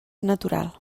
natural